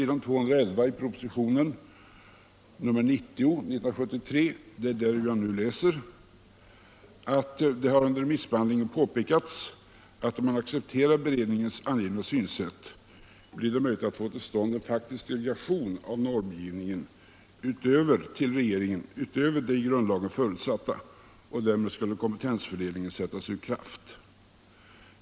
”Det har under remissbehandlingen påpekats att det, om man accepterar beredningens nu angivna synsätt, blir möjligt att få till stånd en långtgående faktisk delegation av normgivning till regeringen vid sidan av den i grundlagen förutsatta och därmed sätta hela dennas kompetensfördelning ur kraft.